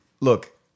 Look